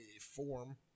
form